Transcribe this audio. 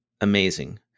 amazing